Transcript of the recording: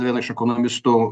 vieno iš ekonomistų